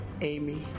Amy